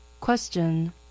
Question